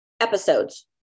episodes